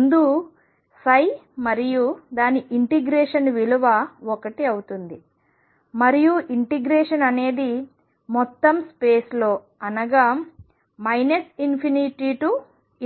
ముందు మరియు దాని ఇంటిగ్రేషన్ విలువ 1 అవుతుంది మరియు ఇంటిగ్రేషన్ అనేది మొత్తం స్పేస్ లో అనగా